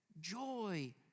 Joy